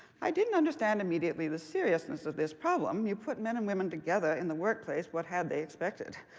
i didn't understand immediately the seriousness of this problem. you put men and women together in the workplace. what had they expected?